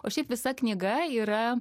o šiaip visa knyga yra